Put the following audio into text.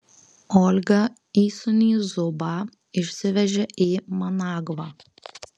olga įsūnį zubą išsivežė į managvą